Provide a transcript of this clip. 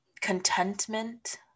contentment